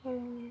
ହୁଁ